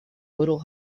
little